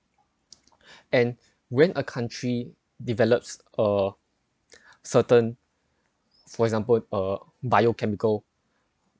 and when a country develops uh certain for example uh biochemical